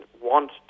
want